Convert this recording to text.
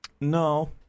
No